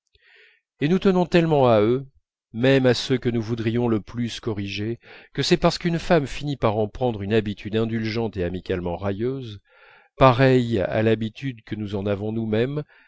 et nous tenons tellement à eux même à ceux que nous voudrions le plus corriger que c'est parce qu'une femme finit par en prendre une habitude indulgente et amicalement railleuse pareille à l'habitude que nous en avons nous-mêmes